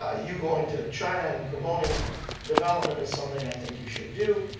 ah you going to china and promoting development is something i think you should do.